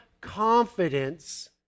confidence